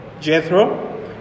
Jethro